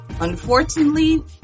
Unfortunately